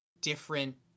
different